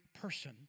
person